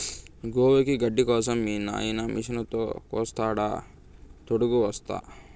గోవులకి గడ్డి కోసం మీ నాయిన మిషనుతో కోస్తాడా తోడుగ వస్తా